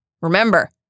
remember